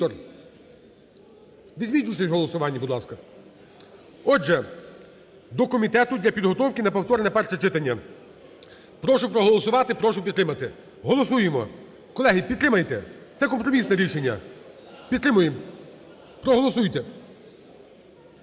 візьміть участь в голосуванні, будь ласка. Отже, до комітету для підготовки на повторне перше читання. Прошу проголосувати. Прошу підтримати. Голосуємо. Колеги, підтримайте, це компромісне рішення. Підтримуємо. Проголосуйте.